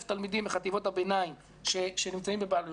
תלמידים בחטיבות הביניים שנמצאים בבעלויות,